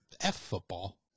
F-football